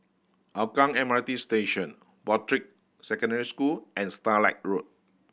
Hougang M R T Station Broadrick Secondary School and Starlight Road